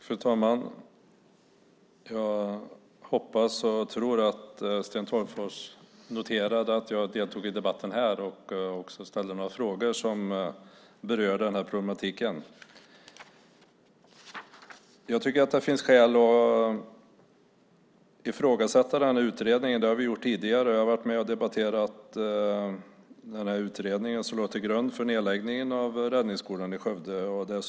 Fru talman! Jag hoppas och tror att Sten Tolgfors noterade att också jag ställde några frågor som berör den här problematiken. Jag tycker att det finns skäl att ifrågasätta utredningen. Det har vi gjort tidigare. Jag har varit med och debatterat utredningen som låg till grund för nedläggningen av Räddningsskolan i Skövde.